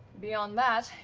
beyond that,